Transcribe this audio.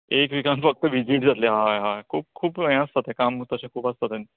एक वीकान फक्त वीजीट जातली होय होय खूब खूब यें आसता तें काम तशें खूब आसता तें